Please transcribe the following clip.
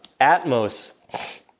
Atmos